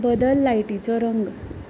बदल लायटीचो रंग